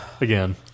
Again